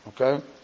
okay